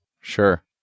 Sure